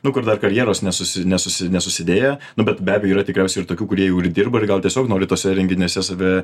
nu kur dar karjeros nesusi nesusi nesusidėję nu bet be abejo yra tikriausiai ir tokių kurie jau ir dirba ir gal tiesiog nori tuose renginiuose save